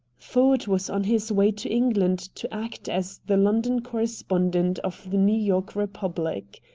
ford was on his way to england to act as the london correspondent of the new york republic.